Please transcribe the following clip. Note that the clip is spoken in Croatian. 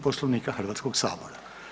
Poslovnika Hrvatskoga sabora.